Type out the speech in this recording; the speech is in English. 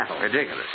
Ridiculous